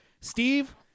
Steve